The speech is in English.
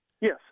Yes